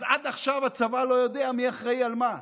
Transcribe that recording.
אז עד עכשיו הצבא לא יודע מי אחראי למה.